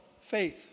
faith